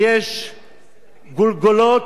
ויש גולגולות,